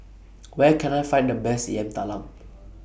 Where Can I Find The Best Yam Talam